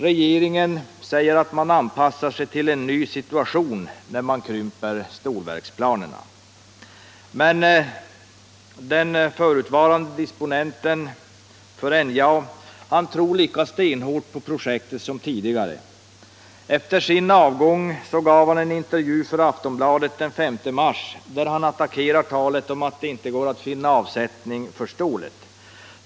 Regeringen säger att man anpassar sig till en ny situation, när man krymper stålverksplanerna, men den förutvarande disponenten för NJA tror lika stenhårt som tidigare på projektet. Efter sin avgång gav han en intervju för Aftonbladet den 5 mars, där han bemötte talet om att det inte går att finna avsättning för stålet.